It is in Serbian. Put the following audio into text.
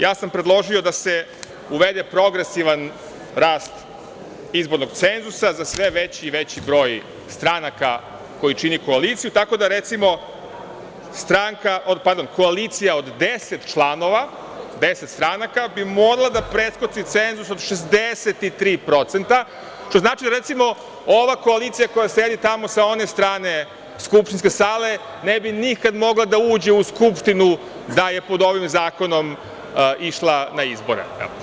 Ja sam predložio da se uvede progresivan rast izbornog cenzusa za sve veći i veći broj stranaka koji čini koaliciju, tako da, recimo, koalicija od 10 stranaka bi morala da preskoči cenzus od 63%, što znači da, recimo, ova koalicija koja sedi tamo sa one strane skupštinske sale ne bi nikad mogla da uđe u Skupštinu da je pod ovim zakonom išla na izbore.